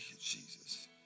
Jesus